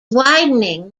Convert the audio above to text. widening